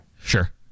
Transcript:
Sure